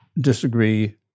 disagree